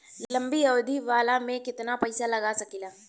लंबी अवधि वाला में केतना पइसा लगा सकिले?